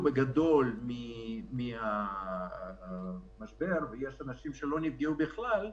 בגדול מהמשבר בעוד שיש אנשים שלא נפגעו בכלל,